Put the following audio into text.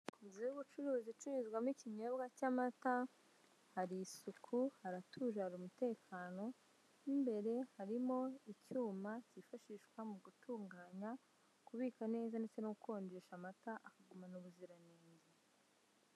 Inzu y'ubucuruzi icururizwamo ikinyobwa cy'amata hari isuku haratuje hari umutekano, mw'imbere harimo icyuma cyifashishwa mu gutunganya kubika neza ndetse no gukonjesha amata akagumana ubuziranenge.